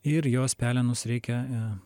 ir jos pelenus reikia